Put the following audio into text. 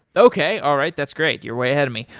okay. all right, that's great. you're way ahead of me.